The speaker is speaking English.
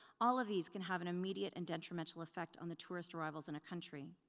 all of these can have an immediate and detrimental effect on the tourist arrivals in a country.